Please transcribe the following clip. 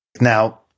Now